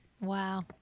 Wow